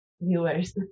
viewers